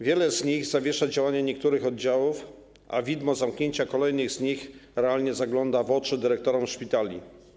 Wiele z nich zawiesza działania niektórych oddziałów, a widmo zamknięcia kolejnych z nich realnie zagląda w oczy dyrektorom szpitali.